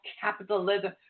capitalism